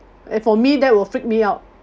if for me that will freak me out